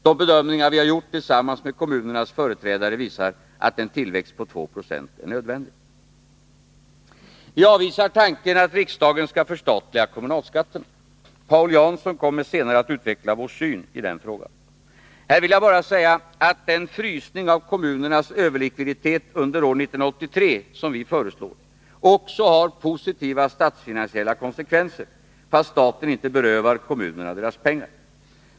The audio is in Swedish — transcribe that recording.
De bedömningar vi gjort tillsammans med kommunernas företrädare visar att en tillväxt på 2 70 är nödvändig. Vi avvisar tanken att riksdagen skall förstatliga kommunalskatterna. Paul Jansson kommer senare att utveckla vår syn i den frågan. Här vill jag bara säga att den frysning av kommunernas överlikviditet under år 1983 som vi föreslår också har positiva statsfinansiella konsekvenser, fast staten inte berövar kommunerna deras pengar.